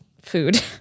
food